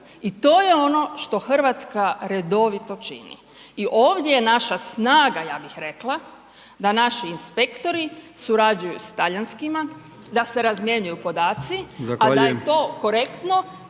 I to je ono što RH redovito čini i ovdje je naša snaga ja bih rekla da naši inspektori surađuju s talijanskima, da se razmjenjuju podaci …/Upadica: